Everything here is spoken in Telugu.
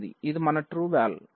ఇది మన trueVal